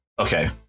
Okay